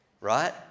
Right